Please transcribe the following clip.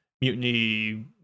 mutiny